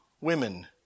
women